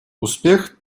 успех